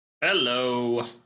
Hello